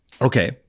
Okay